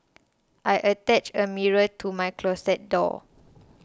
I attached a mirror to my closet door